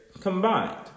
combined